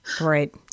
Right